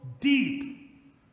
deep